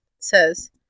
says